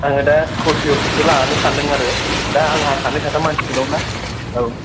आङो दा स्करपिय'खौसो लानो सानदों आरो दा आंहा सानै साथाम मानसि दंना औ